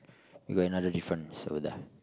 you got another difference over there